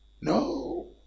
No